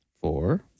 four